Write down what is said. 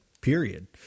period